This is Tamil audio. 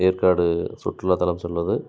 ஏற்காடு சுற்றுலாத் தலம் சென்றது